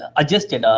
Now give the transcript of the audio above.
ah adjusted,